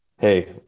Hey